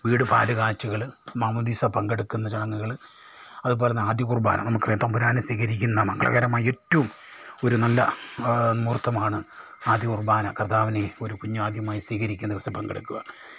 വീട് പാലുകാച്ചുകൾ മാമോദിസ പങ്കെടുക്കുന്ന ചടങ്ങുകൾ അതുപോലെ ആദ്യകുർബ്ബാന നമുക്കറിയാം തമ്പുരാനെ സ്വീകരിക്കുന്ന മംഗളകരമായ ഏറ്റവും ഒരു നല്ല മുഹൂർത്തമാണ് ആദ്യ കുർബ്ബാന കർത്താവിനെ ഒരു കുഞ്ഞ് ദ്യമായി സ്വീകരിക്കുന്ന ദിവസം പങ്കെടുക്കുക